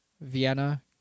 Vienna